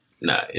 No